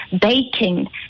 baking